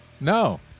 No